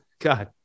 God